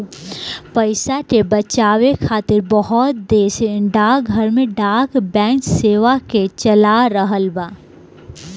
पइसा के बचावे खातिर बहुत देश डाकघर में डाक बैंक सेवा के चला रहल बा